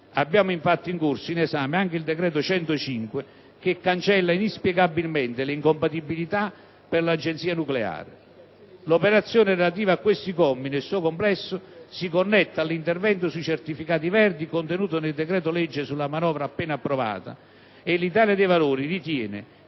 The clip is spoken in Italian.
abbiamo infatti in corso di esame anche il decreto-legge n. 105, che cancella inspiegabilmente le incompatibilità per l'Agenzia nucleare. L'operazione relativa ai suddetti commi, nel suo complesso, si connette all'intervento sui certificati verdi contenuto nel decreto-legge sulla manovra appena approvata. Il Gruppo dell'Italia dei Valori ritiene